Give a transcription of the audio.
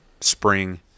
spring